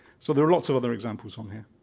so there are lots of other examples on here.